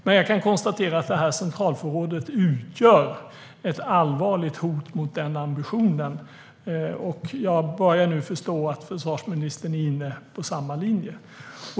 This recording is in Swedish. Jag kan dock konstatera att centralförrådet utgör ett allvarligt hot mot denna ambition, och jag börjar förstå att försvarsministern är inne på samma linje.